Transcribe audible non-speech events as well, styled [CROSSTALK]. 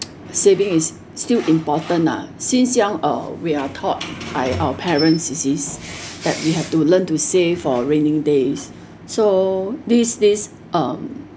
saving is still important lah since young uh we are thought by our parents it is that we have to learn to save for raining days so these days um [NOISE]